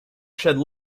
shed